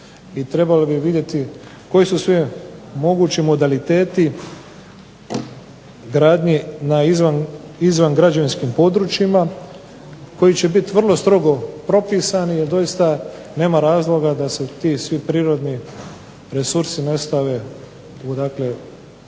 trebalo bi vidjeti koji su sve mogući modaliteti gradnje na izvangrađevinskim područjima koji će biti vrlo strogo propisani jer doista nema razloga da su ti svi prirodni resursi ne stave prije